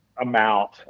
amount